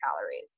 calories